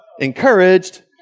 Encouraged